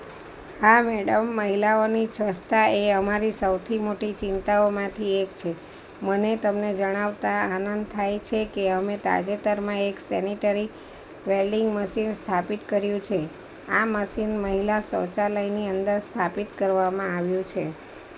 હા મેડમ મહિલાઓની સ્વસ્થતા એ અમારી સૌથી મોટી ચિંતાઓમાંથી એક છે મને તમને જણાવતાં આનંદ થાય છે કે અમે તાજેતરમાં એક સેનિટરી વેલ્ડિંગ મસિન સ્થાપિત કર્યું છે આ મસિન મહિલા શૌચાલયની અંદર સ્થાપિત કરવામાં આવ્યું છે